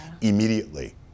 immediately